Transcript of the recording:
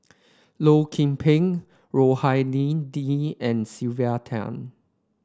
Loh Lik Peng Rohani Din and Sylvia Tan